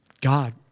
God